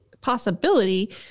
possibility